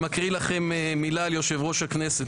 אני מקריא מילה על יושב-ראש הכנסת,